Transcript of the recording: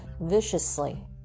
viciously